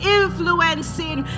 influencing